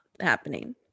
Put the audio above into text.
happening